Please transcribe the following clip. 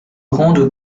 rende